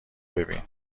ببین